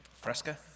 Fresca